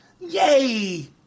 Yay